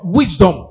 wisdom